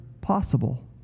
possible